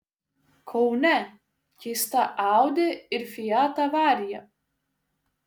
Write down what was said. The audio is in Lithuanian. kaune keista audi ir fiat avarija